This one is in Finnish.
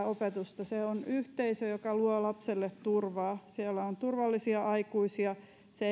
opetusta se on yhteisö joka luo lapselle turvaa siellä on turvallisia aikuisia